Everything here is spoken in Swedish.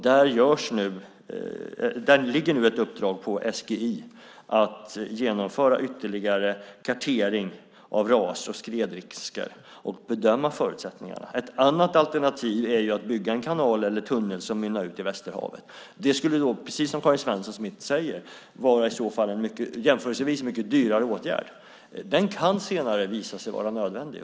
Där ligger nu ett uppdrag på SGI att genomföra ytterligare kartering av ras och skredrisker och bedöma förutsättningarna. Ett annat alternativ är att bygga en kanal eller en tunnel som mynnar ut i Västerhavet. Det skulle, precis som Karin Svensson Smith säger, jämförelsevis vara en mycket dyrare åtgärd. Den kan senare visa sig vara nödvändig.